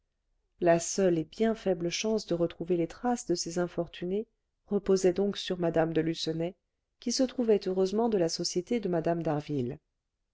la seule et bien faible chance de retrouver les traces de ces infortunées reposait donc sur mme de lucenay qui se trouvait heureusement de la société de mme